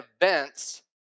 events